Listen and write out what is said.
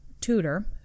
tutor